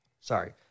sorry